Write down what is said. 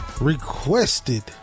requested